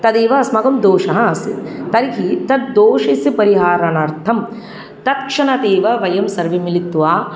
तदेव अस्माकम् दोषः आसीत् तर्हि तद्दोषस्य परिहारणार्थं तत्क्षणात् एव वयं सर्वे मिलित्वा